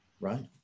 Right